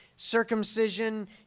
circumcision